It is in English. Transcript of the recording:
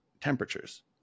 temperatures